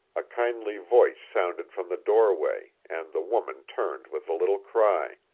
a kindly voice sounded from the doorway, and the woman turned with a little cry.